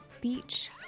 beach